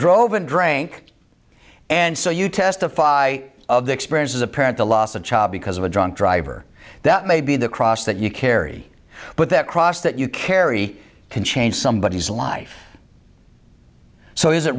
drove and drank and so you testify of the experience as a parent the lost a child because of a drunk driver that may be the cross that you carry but that cross that you carry can change somebodies life so is it